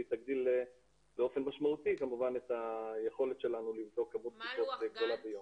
והיא תגדיל באופן משמעותי את היכולת שלנו לבדוק כמות בדיקות גדולה ביום.